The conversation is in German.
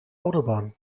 autobahn